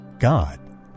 God